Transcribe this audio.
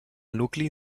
nucli